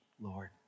Lord